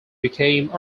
became